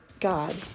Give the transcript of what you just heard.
God